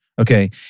Okay